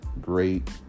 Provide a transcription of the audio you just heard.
Great